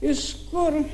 iš kur